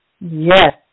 Yes